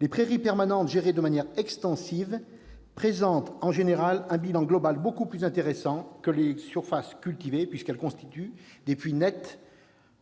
les prairies permanentes gérées de manière extensive « présentent en général un bilan global beaucoup plus intéressant que les surfaces cultivées puisqu'elles constituent des puits nets